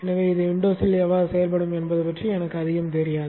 எனவே இது விண்டோஸில் எவ்வாறு செயல்படும் என்பது பற்றி எனக்கு அதிகம் தெரியாது